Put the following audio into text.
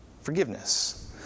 Forgiveness